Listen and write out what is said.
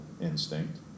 instinct